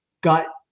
got –